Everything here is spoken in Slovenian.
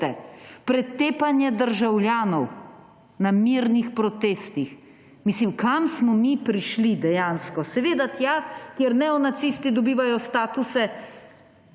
pretepanje državljanov na mirnih protestih? Mislim, kam smo mi prišli, dejansko! Seveda tja, kjer neonacisti dobivajo statuse